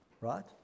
right